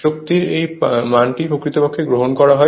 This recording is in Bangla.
শক্তির এই মানটি প্রকৃতপক্ষে গ্রহণ করা হয়